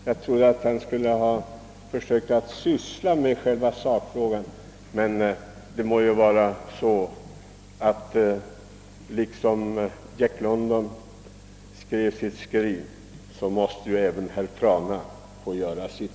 Jag trodde att herr Trana skulle försöka ägna sig åt själva sakfrågan, men liksom Jack London skrev sitt skriet från vildmarken måste tydligen även herr Trana få göra det.